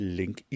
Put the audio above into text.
link